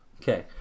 Okay